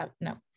no